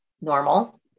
normal